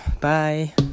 Bye